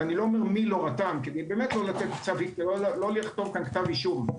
ואני לא אומר מי לא רתם כדי לא לכתוב פה כתב אישום,